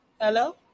Hello